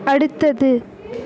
அடுத்தது